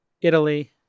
Italy